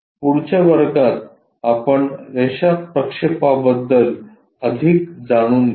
तर पुढच्या वर्गात आपण रेषा प्रक्षेपाबद्दल अधिक जाणून घेऊ